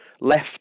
Left